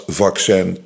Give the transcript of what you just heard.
vaccin